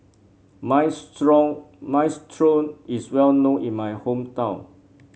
Minestrone Minestrone is well known in my hometown